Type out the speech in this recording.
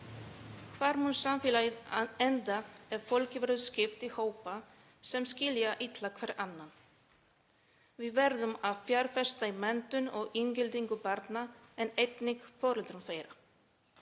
Hvar mun samfélagið enda ef fólki verður skipt í hópa sem skilja illa hver annan? Við verðum að fjárfesta í menntun og inngildingu barna en einnig foreldra þeirra.